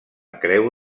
creu